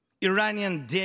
Iranian